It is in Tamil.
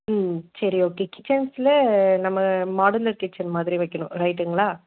ம் சரி ஓகே கிட்சன்ஸில் நம்ம மாடுலர் கிட்சன் மாதிரி வைக்கணும் ரைட்டுங்களா